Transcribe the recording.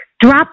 Drop